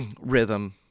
Rhythm